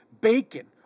Bacon